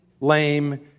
Lame